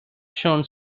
shown